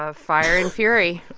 ah fire and fury.